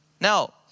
Now